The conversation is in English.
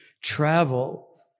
travel